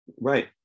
Right